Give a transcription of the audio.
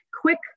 quick